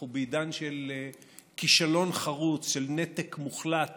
אנחנו בעידן של כישלון חרוץ, של נתק מוחלט